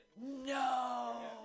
No